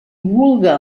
vulga